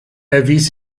erwies